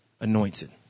anointed